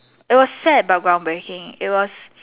it was sad but ground breaking it was